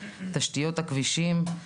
תשתיות הכבישים,